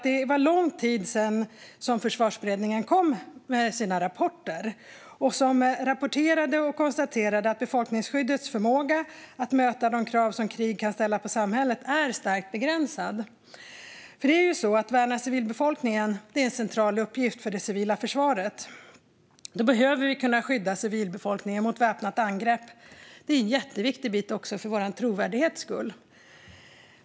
Det är länge sedan Försvarsberedningen kom med sina rapporter där man konstaterade att befolkningsskyddets förmåga att möta de krav som krig kan ställa på samhället är starkt begränsad. Att värna civilbefolkningen är en central uppgift för det civila försvaret. Vi behöver kunna skydda civilbefolkningen vid ett väpnat angrepp. Det är också jätteviktigt för vår trovärdighet.